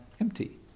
empty